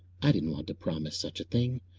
i didn't want to promise such a thing,